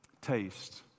Taste